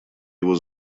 его